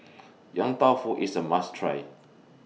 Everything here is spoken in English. Yong Tau Foo IS A must Try